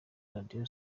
radio